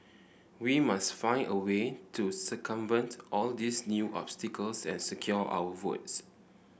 we must find a way to circumvent all these new obstacles and secure our votes